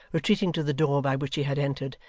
retreating to the door by which he had entered,